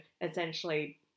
essentially